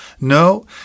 No